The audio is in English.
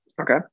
Okay